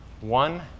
One